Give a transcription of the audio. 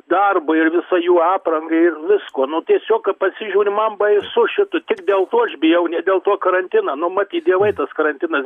darbu ir visa jų apranga ir viskuo nu tiesiog kai pasižiūri man baisu šito tik dėl to aš bijau ne dėl to karantina nu matyt dievai tas karantinas